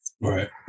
Right